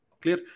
Clear